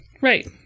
Right